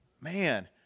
Man